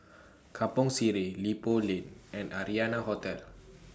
Kampong Sireh Ipoh Lane and Arianna Hotel